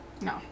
no